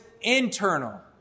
internal